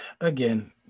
again